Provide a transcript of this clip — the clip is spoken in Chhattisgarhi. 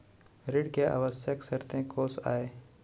ऋण के आवश्यक शर्तें कोस आय?